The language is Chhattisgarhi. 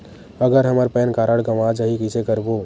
अगर हमर पैन कारड गवां जाही कइसे करबो?